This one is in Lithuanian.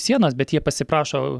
sienas bet jie pasiprašo